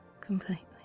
completely